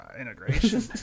integration